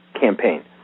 campaign